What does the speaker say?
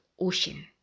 ocean